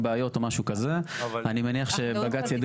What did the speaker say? בעיות או משהו כזה אני מניח שבג"צ ידון